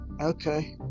okay